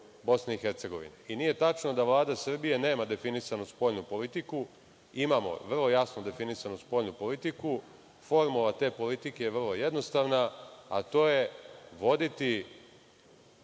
I nije tačno da Vlada Srbije nema definisanu spoljnu politiku. Imamo vrlo jasnu spoljnu politiku. Formula te politike je vrlo jednostavna, a to je – voditi